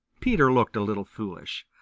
peter looked a little foolish.